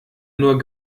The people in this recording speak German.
nur